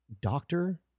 doctor